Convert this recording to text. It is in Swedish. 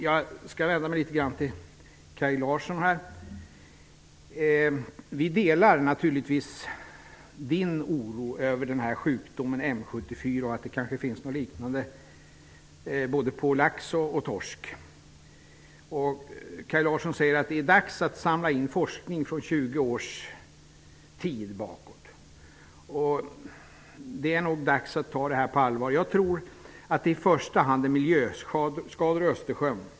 Jag skall vända mig till Kaj Larsson. Vi delar naturligtvis Kaj Larssons oro över sjukdomen M 74 och att det kanske finns något liknande både på lax och torsk. Kaj Larsson säger att det är dags att samla in forskning från 20 års tid tillbaka. Det är nog dags att ta detta på allvar. Jag tror att det i första hand beror på miljöskador i Östersjön.